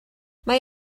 mae